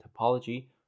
topology